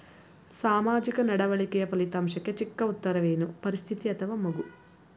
ಸಾಮಾಜಿಕ ನಡವಳಿಕೆಯ ಫಲಿತಾಂಶಕ್ಕೆ ಚಿಕ್ಕ ಉತ್ತರವೇನು? ಪರಿಸ್ಥಿತಿ ಅಥವಾ ಮಗು?